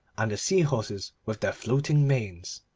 and the sea-horses with their floating manes.